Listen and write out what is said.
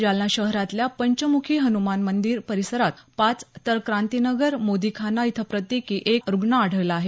जालना शहरातल्या पंचमुखी हनुमान मंदिर परिसरात पाच तर क्रांतीनगर मोदीखाना इथं प्रत्येकी एक रुग्ण आढळला आहे